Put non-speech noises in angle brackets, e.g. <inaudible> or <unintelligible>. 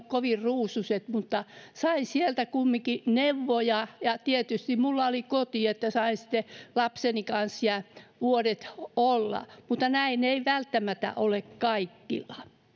<unintelligible> kovin ruusuiset mutta sain sieltä kumminkin neuvoja tietysti minulla oli koti että sain sitten lapseni kanssa siellä vuodet olla mutta näin ei välttämättä ole kaikilla